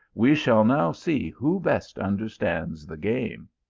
we shall now see who best understands the game.